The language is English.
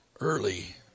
early